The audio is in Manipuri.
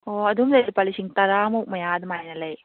ꯑꯣ ꯍꯣꯏ ꯑꯗꯨꯝ ꯂꯩ ꯂꯨꯄꯥꯂꯤꯁꯤꯡ ꯇꯔꯥꯃꯨꯛ ꯃꯌꯥ ꯑꯗꯨꯃꯥꯏꯅ ꯂꯩ